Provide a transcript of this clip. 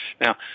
Now